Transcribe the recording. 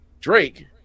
Drake